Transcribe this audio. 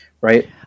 right